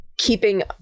Keeping